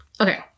Okay